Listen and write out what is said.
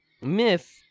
myth